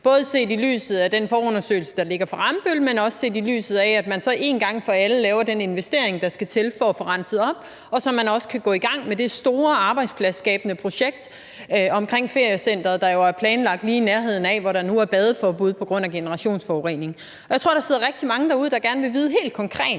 både set i lyset af den forundersøgelse, der ligger fra Rambøll, og også set i lyset af, at man en gang for alle laver den investering, der skal til, for at få renset op, og så man også kan gå i gang med det store arbejdspladsskabende projekt omkring det feriecenter, der jo er planlagt lige i nærheden af, hvor der nu er badeforbud på grund af generationsforureningen. Jeg tror, at der sidder rigtig mange derude, som gerne vil vide helt konkret